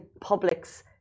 public's